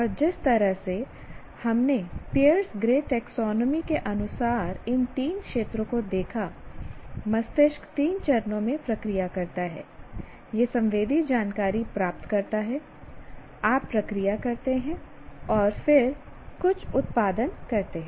और जिस तरह से हमने पियर्स ग्रे टैक्सोनॉमी के अनुसार इन तीन क्षेत्रों को देखा मस्तिष्क 3 चरणों में प्रक्रिया करता है यह संवेदी जानकारी प्राप्त करता है आप प्रक्रिया करते हैं और फिर कुछ उत्पादन करते हैं